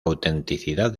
autenticidad